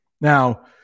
Now